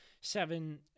Seven